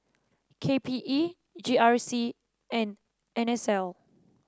K P E G R C and N S L